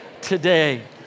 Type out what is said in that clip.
today